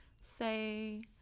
Say